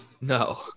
No